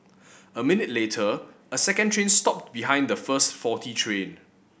a minute later a second train stopped behind the first faulty train